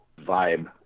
vibe